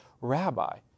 rabbi